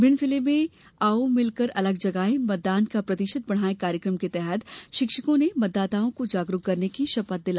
भिंड जिले में आओ मिलकर अलख जगाये मतदान का प्रतिशत बढ़ाये कार्यक्रम के तहत शिक्षकों ने मतदाताओं को जागरूक करने की शपथ ली